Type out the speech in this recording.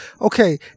okay